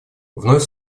вновь